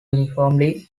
uniformly